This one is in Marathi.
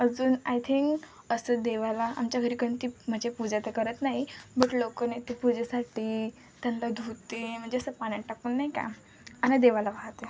अजून आय थिंक असं देवाला आमच्या घरी कोणती म्हणजे पूजा तर करत नाही बट लोकं नेत पूजेसाठी त्यांना धुते म्हणजे असं पाण्यात टाकून नाही का आणि देवाला वाहते